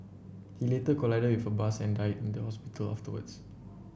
he later collided with a bus and died in the hospital afterwards